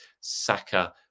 Saka